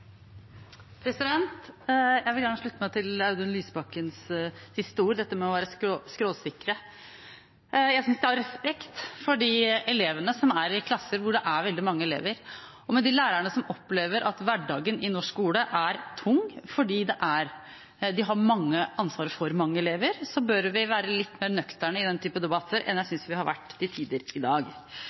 Jeg vil gjerne slutte meg til Audun Lysbakkens siste ord, om dette med å være skråsikker. Av respekt for de elevene som er i klasser hvor det er veldig mange elever, og for de lærerne som opplever at hverdagen i norsk skole er tung fordi de har ansvaret for mange elever, bør vi være litt mer nøkterne i denne typen debatter enn jeg synes vi til tider har vært i dag. Dette med utdanning er en avveining mellom veldig mange faktorer. Det er de